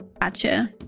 Gotcha